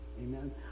Amen